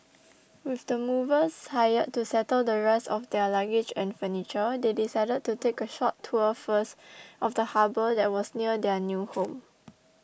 with the movers hired to settle the rest of their luggage and furniture they decided to take a short tour first of the harbour that was near their new home